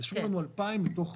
אז אישרו לנו 2,000 מתוך